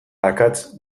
akats